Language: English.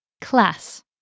class